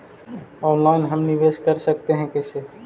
Online हम निवेश कर सकते है, कैसे?